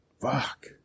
Fuck